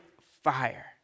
fire